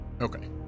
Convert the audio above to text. Okay